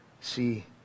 see